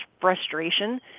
frustration